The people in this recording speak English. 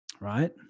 right